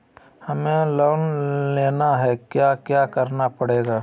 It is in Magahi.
हमें लोन लेना है क्या क्या करना पड़ेगा?